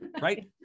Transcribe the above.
right